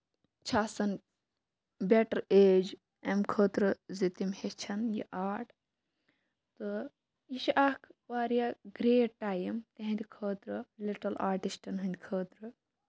چھُ آسان better edge اَمہِ خٲطرٕ زِ تِم ہٮیٚچھَن یہِ آرٹ تہٕ یہِ چھِ اکھ واریاہ گرٛیٹ ٹایم تِہٕنٛدِ خٲطرٕ لِٹٕل آرٹسٹَن ہِنٛدِ خٲطرٕ